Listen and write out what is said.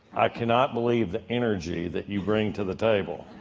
i cannot believe the energy that you bring to the table.